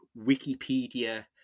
Wikipedia